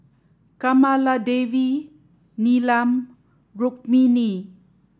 Kamaladevi Neelam and Rukmini